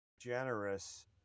generous